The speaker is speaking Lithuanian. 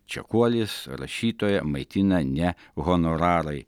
čekuolis rašytoją maitina ne honorarai